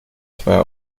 zweier